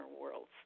worlds